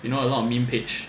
you know a lot of meme page